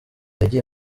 yagiye